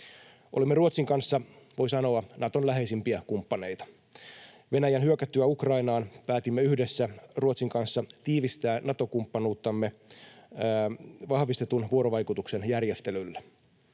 Olemme Ruotsin kanssa, voi sanoa, Naton läheisimpiä kumppaneita. Venäjän hyökättyä Ukrainaan päätimme yhdessä Ruotsin kanssa tiivistää Nato-kumppanuuttamme vahvistetun vuorovaikutuksen järjestelyllä.